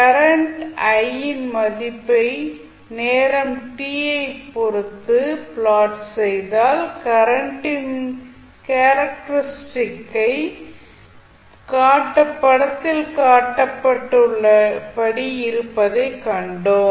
current i யின் மதிப்பை நேரம் t ஐப் பொறுத்து ப்லாட் செய்தால் கரண்டின் கேரக்டரிஸ்டிக் ஐ படத்தில் காட்டப்பட்டுள்ளபடி இருப்பதைக் கண்டோம்